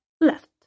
left